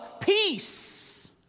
peace